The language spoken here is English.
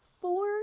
four